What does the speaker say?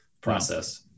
process